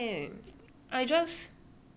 put the I just sit against the window